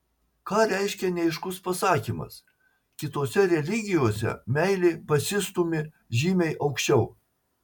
ką reiškia neaiškus pasakymas kitose religijose meilė pasistūmi žymiai aukščiau